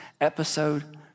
episode